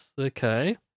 okay